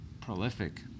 prolific